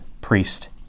priest